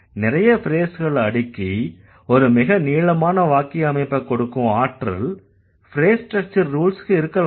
நிறைய ஃப்ரேஸ்களை அடுக்கி ஒரு மிக நீளமான வாக்கிய அமைப்பைக் கொடுக்கும் ஆற்றல் ஃப்ரேஸ் ஸ்ட்ரக்சர் ரூல்ஸ்க்கு இருக்கலாம்